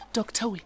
Doctor